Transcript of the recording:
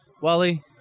Wally